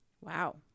Wow